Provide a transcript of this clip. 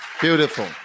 Beautiful